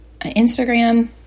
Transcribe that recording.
Instagram